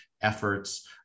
efforts